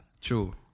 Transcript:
True